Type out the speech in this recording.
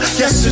yes